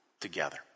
together